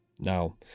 Now